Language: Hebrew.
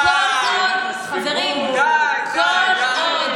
חברים, כל עוד